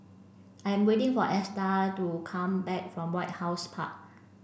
I am waiting for Esta to come back from White House Park